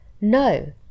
no